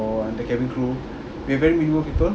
for the cabin crew we have very minimal people